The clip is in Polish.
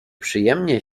przyjemnie